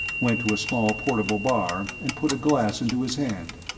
went to a small portable bar and put a glass into his hand.